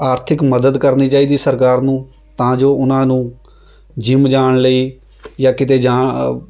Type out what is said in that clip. ਆਰਥਿਕ ਮਦਦ ਕਰਨੀ ਚਾਹੀਦੀ ਸਰਕਾਰ ਨੂੰ ਤਾਂ ਜੋ ਉਹਨਾਂ ਨੂੰ ਜਿੰਮ ਜਾਣ ਲਈ ਜਾਂ ਕਿਤੇ ਜਾ